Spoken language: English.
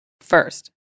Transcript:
first